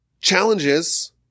challenges